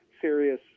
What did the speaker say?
serious